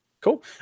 Cool